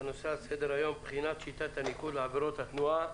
הנושא על סדר-היום: בחינת שיטת הניקוד לעבירות תנועה.